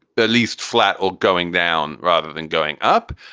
the least flat or going down rather than going up.